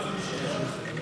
שורה תחתונה.